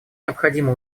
необходимо